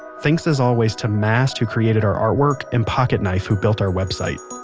thanks is always to mast who created our artwork and pocketknife who built our website.